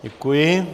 Děkuji.